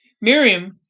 Miriam